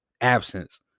absence